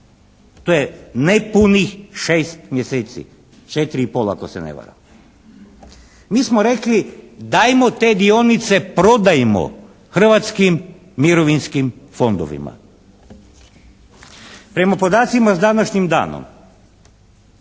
To je nepunih šest mjeseci. Četiri i pol, ako se ne varam. Mi smo rekli, dajmo te dionice, prodajmo Hrvatskim mirovinskim fondovima. Prema podacima, s današnjim danom